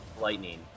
lightning